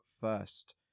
first